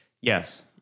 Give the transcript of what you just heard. Yes